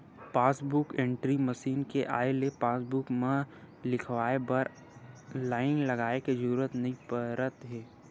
passbook entry machine के आए ले पासबूक म लिखवाए बर लाईन लगाए के जरूरत नइ परत हे